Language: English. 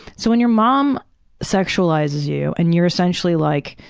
so when your mom sexualizes you and you're essentially, like,